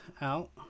out